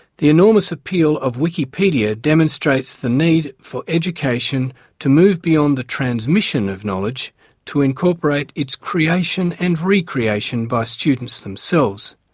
the enormous appeal of wikipedia demonstrates the need for education to move beyond the transmission of knowledge to incorporate its creation and re-creation by students themselves.